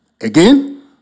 Again